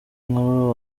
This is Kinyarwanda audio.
nkuru